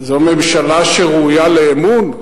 זו ממשלה שראויה לאמון?